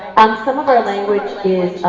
and some of our language